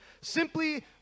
simply